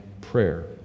prayer